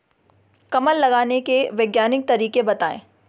कमल लगाने के वैज्ञानिक तरीके बताएं?